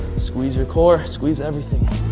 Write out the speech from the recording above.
squeeze your core, squeeze everything.